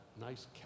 nice